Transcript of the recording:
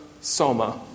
Soma